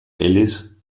ellis